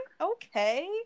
okay